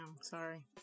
Sorry